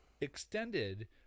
Extended